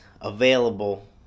available